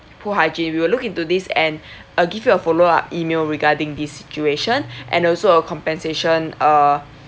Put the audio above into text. poor hygiene we will look into this and I'll give you a follow up email regarding this situation and also a compensation uh